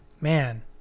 man